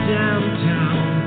downtown